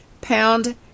pound